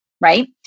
Right